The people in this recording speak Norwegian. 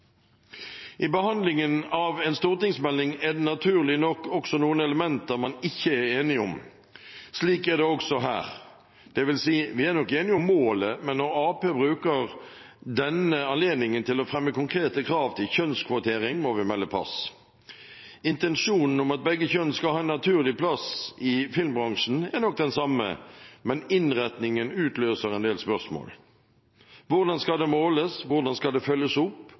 I behandlingen av en stortingsmelding er det naturlig nok også noen elementer man ikke er enig om. Slik er det også her, dvs.: Vi er nok enige om målet, men når Arbeiderpartiet bruker denne anledningen til å fremme konkrete krav til kjønnskvotering, må vi melde pass. Intensjonen om at begge kjønn skal ha en naturlig plass i filmbransjen, er nok den samme, men innretningen utløser en del spørsmål. Hvordan skal det måles? Hvordan skal det følges opp